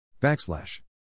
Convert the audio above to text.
backslash